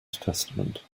testament